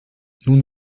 nun